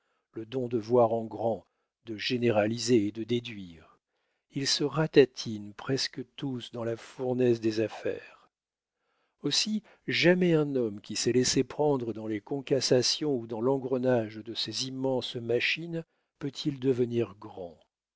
le don de voir en grand de généraliser et de déduire ils se ratatinent presque tous dans la fournaise des affaires aussi jamais un homme qui s'est laissé prendre dans les conquassations ou dans l'engrenage de ces immenses machines ne peut-il devenir grand